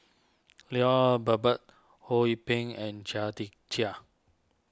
Lloyd Valberg Ho Yee Ping and Chia Tee Chiak